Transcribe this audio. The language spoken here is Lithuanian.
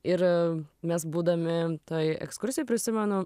ir mes būdami toj ekskursijoj prisimenu